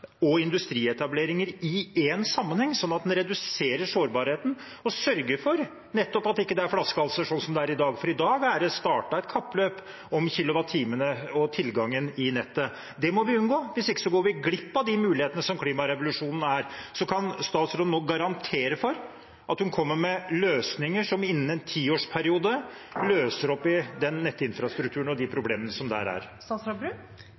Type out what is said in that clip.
og industrietableringer i en sammenheng, slik at en reduserer sårbarheten og nettopp sørger for at det ikke er flaskehalser slik som det er i dag. For i dag er det startet et kappløp om kilowattimene og tilgangen i nettet. Det må vi unngå, hvis ikke går vi glipp av de mulighetene som klimarevolusjonen gir. Kan statsråden nå garantere for at hun kommer med løsninger som innen en tiårsperiode løser opp i den nettinfrastrukturen og de problemer som er